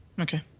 Okay